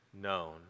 known